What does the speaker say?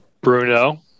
Bruno